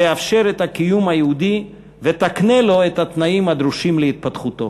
תאפשר את הקיום היהודי ותקנה לו את התנאים הדרושים להתפתחותו.